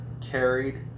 carried